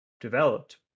developed